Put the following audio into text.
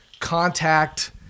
contact